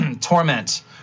torment